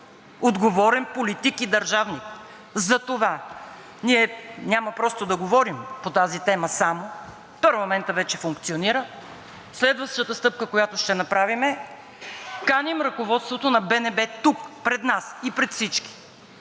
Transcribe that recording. отговорен политик и държавник. Затова ние няма просто да говорим само по тази тема, парламентът вече функционира. Следващата стъпка, която ще направим – каним ръководството на БНБ тук, пред нас и пред всички,